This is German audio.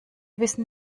wissen